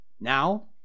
now